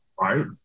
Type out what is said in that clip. Right